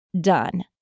done